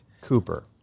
Cooper